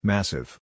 Massive